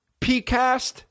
PCAST